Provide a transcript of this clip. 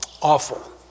Awful